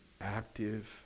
active